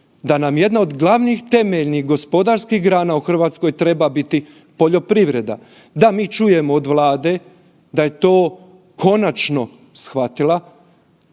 da nam jedna od glavnih temeljnih gospodarskih grana u Hrvatskoj treba biti poljoprivreda. Da, mi čujemo od Vlade da je to konačno shvatila,